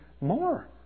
more